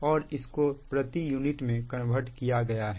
और इसको प्रति यूनिट में कन्वर्ट किया गया है